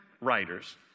writers